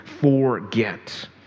forget